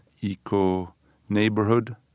eco-neighborhood